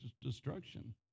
destruction